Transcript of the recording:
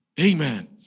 Amen